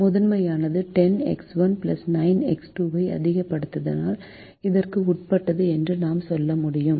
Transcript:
முதன்மையானது 10X1 9X2 ஐ அதிகப்படுத்தினால் இதற்கு உட்பட்டது என்று நான் சொல்ல முடியும்